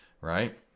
Right